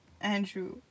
Andrew